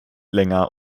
länger